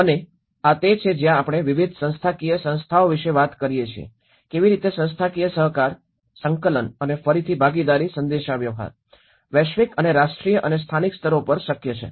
અને આ તે છે જ્યાં આપણે વિવિધ સંસ્થાકીય સંસ્થાઓ વિશે વાત કરીએ છીએ કેવી રીતે સંસ્થાકીય સહકાર સંકલન અને ફરીથી ભાગીદારી સંદેશાવ્યવહાર વૈશ્વિક અને રાષ્ટ્રીય અને સ્થાનિક સ્તરો પાર શક્ય છે